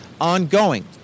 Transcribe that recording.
ongoing